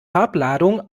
farbladung